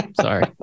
Sorry